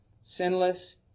sinless